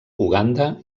uganda